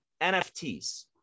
NFTs